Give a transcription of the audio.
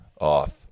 off